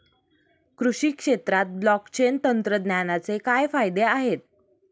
कृषी क्षेत्रात ब्लॉकचेन तंत्रज्ञानाचे काय फायदे आहेत?